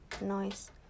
noise